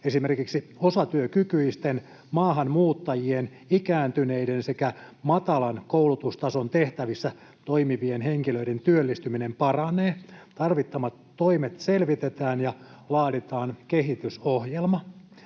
esimerkiksi osatyökykyisten, maahanmuuttajien, ikääntyneiden sekä matalan koulutustason tehtävissä toimivien henkilöiden työllistyminen paranee, tarvittavat toimet selvitetään ja laaditaan kehitysohjelma.